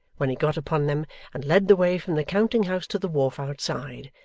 when he got upon them and led the way from the counting-house to the wharf outside,